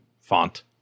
font